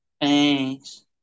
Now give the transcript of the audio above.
Thanks